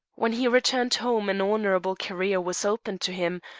when he returned home an honourable career was open to him,